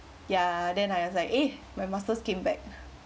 ya then I was like eh my muscles came back